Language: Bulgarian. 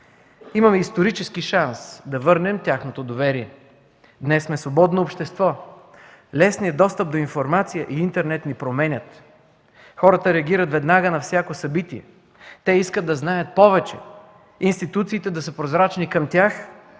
Имаме исторически шанс да върнем тяхното доверие. Днес сме свободно общество, лесният достъп до информация и интернет ни променят. Хората реагират веднага на всяко събитие. Те искат да знаят повече, институциите да са прозрачни към тях и